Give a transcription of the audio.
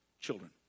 children